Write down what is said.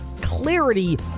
clarity